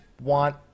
want